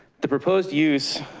the proposed use